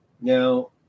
Now